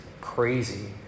crazy